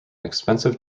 expensive